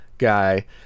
guy